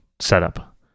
setup